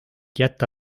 jätta